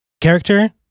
character